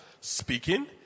speaking